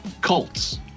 cults